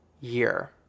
year